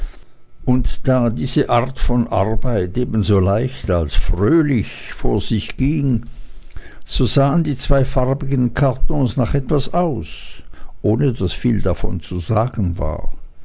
und da diese art von arbeit ebenso leicht als fröhlich vor sich ging so sahen die zwei farbigen kartons nach etwas aus ohne daß viel davon zu sagen war